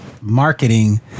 marketing